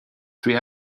three